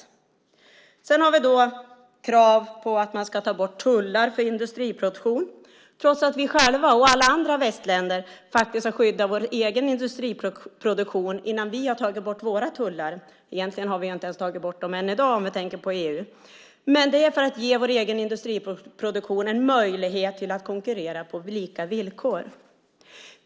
Därutöver har vi krav på att man ska ta bort tullar från industriproduktion, trots att vi själva och alla andra västländer faktiskt har skyddat vår egen industriproduktion innan vi har tagit bort våra tullar. Egentligen har vi inte ens tagit bort dem än i dag om vi tänker på EU, men det är för att ge vår egen industriproduktion en möjlighet att konkurrera på lika villkor.